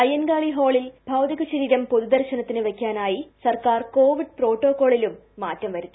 അയ്യൻകാളി ഹാളിൽ ഭൌതികശരീരം പൊതുദർശനത്തിന് വെക്കാനായി സർക്കാർ കൊവിഡ് പ്രോട്ടോക്കോ ളിലും മാറ്റം വരുത്തി